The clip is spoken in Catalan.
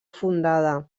fundada